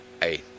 hey